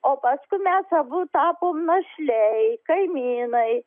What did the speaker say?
o paskui mes abu tapom našliai kaimynai